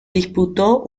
disputó